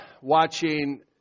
watching